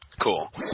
Cool